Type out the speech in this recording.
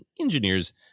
engineers